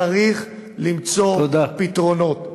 צריך למצוא פתרונות.